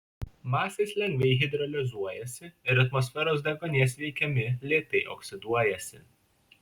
masės lengvai hidrolizuojasi ir atmosferos deguonies veikiami lėtai oksiduojasi